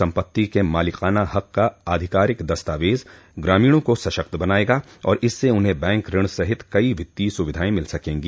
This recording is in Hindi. संपत्ति के मालिकाना हक का आधिकारिक दस्तावेज ग्रामीणों को सशक्त बनाएगा और इससे उन्हें बैंक ऋण सहित कई वित्तीय स्विधाएं मिल सकेंगी